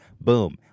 boom